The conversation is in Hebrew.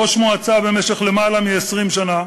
ראש מועצה במשך למעלה מ-20 שנה,